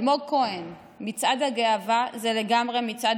אלמוג כהן: "מצעד הגאווה זה לגמרי מצעד